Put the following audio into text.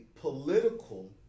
political